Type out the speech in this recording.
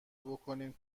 بکنیم